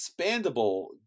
expandable